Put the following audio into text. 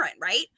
right